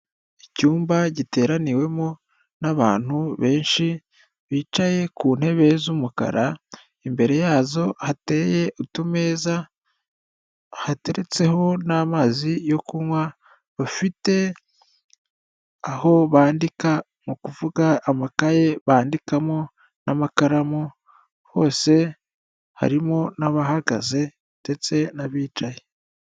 Icyumba giteraniwemo n'abantu benshi, bicaye ku ntebe z'umukara, imbere yazo hateye utumeza hateretseho n'amazi yo kunywa, bafite aho bandika ni ukuvuga amakaye bandikamo n'amakaramu . Hose harimo n'abahagaze ndetse n'abicaye.